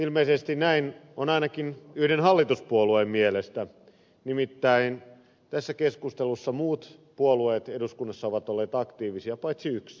ilmeisesti näin on ainakin yhden hallituspuolueen mielestä nimittäin tässä keskustelussa muut puolueet eduskunnassa ovat olleet aktiivisia paitsi yksi